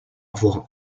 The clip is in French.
avoir